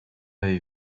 avez